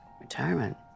Retirement